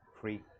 free